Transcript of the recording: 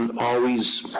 and always